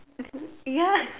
ya